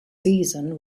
season